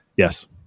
Yes